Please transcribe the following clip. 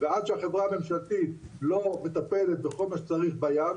ועד שהחברה הממשלתית לא מטפלת בכל מה שצריך בים,